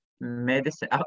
medicine